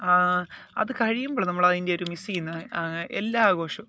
അത് കഴിയുമ്പോഴാണ് നമ്മളതിൻ്റെ ഒരു മിസ്സെയ്യുന്നെ എല്ലാ ആഘോഷവും